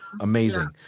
amazing